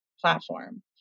platform